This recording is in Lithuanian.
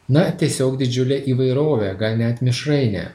na tiesiog didžiulė įvairovė gal net mišrainė